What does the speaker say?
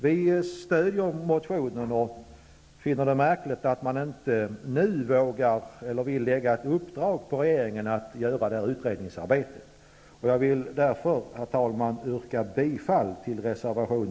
Vi stödjer motionen, och vi finner det märkligt att man inte nu vill uppdra åt regeringen att tillsätta en utredning. Jag vill därför yrka bifall till reservation